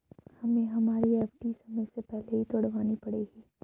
हमें हमारी एफ.डी समय से पहले ही तुड़वानी पड़ेगी